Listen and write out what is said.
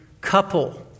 couple